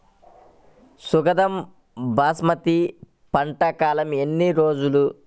సుగంధ బాస్మతి పంట కాలం ఎన్ని రోజులు?